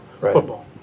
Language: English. football